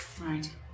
Right